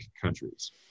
countries